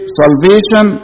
salvation